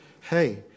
hey